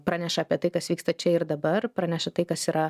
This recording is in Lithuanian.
praneša apie tai kas vyksta čia ir dabar praneša tai kas yra